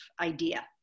idea